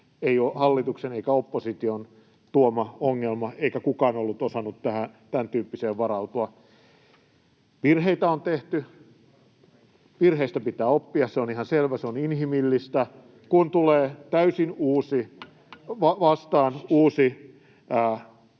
ei ole hallituksen eikä opposition tuoma ongelma, eikä kukaan ollut osannut tämäntyyppiseen varautua. Virheitä on tehty. Virheistä pitää oppia, se on ihan selvä. Se on inhimillistä, kun tulee vastaan täysin